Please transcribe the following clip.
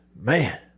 Man